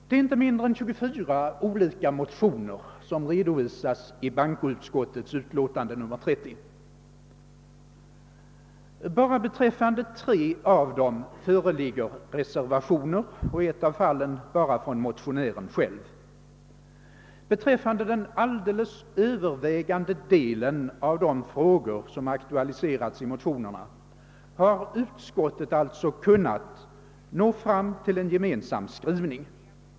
Det är inte mindre än 24 olika motioner som redovisas i bankoutskottets utlåtande nr 30. Endast beträffande tre av dem föreligger reservationer — i ett av fallen bara från motionären själv. Beträffande den alldeles övervägande delen av de frågor som aktualiserats i motionerna har utskottet alltså kunnat nå fram till en gemensam skrivning.